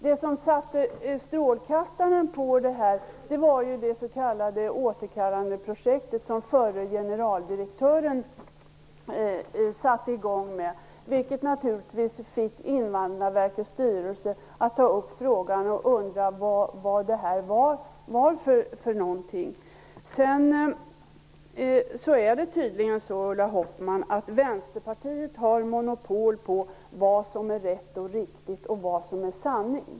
Det som satte strålkastarna på detta var det s.k. återkallandeprojekt som den förre generaldirektören satte i gång med, vilket naturligtvis fick Invandrarverkets styrelse att ta upp frågan och undra vad det var för någonting. Tydligen har Vänsterpartiet monopol på vad som rätt och riktigt och vad som är sanning.